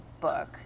book